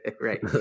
right